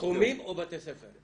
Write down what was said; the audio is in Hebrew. סכומים או בתי ספר?